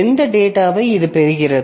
எந்த டேட்டாவை இது பெறுகிறது